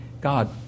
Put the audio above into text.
God